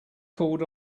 called